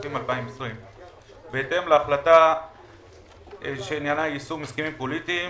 הכספים 2020. בהתאם להחלטה שעניינה יישום הסכמים פוליטיים